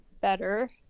better